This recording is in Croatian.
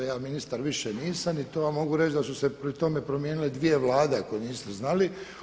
Ja ministar više nisam i to vam mogu reći da su se pri tome promijenile dvije vlade, ako niste znali.